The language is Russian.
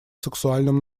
сексуальном